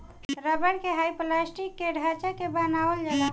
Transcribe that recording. rubber के hyperelastic के ढांचा में बनावल जाला